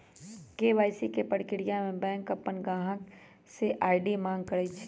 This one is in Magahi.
के.वाई.सी के परक्रिया में बैंक अपन गाहक से आई.डी मांग करई छई